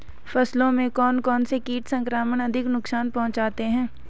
फसलों में कौन कौन से कीट संक्रमण अधिक नुकसान पहुंचाते हैं?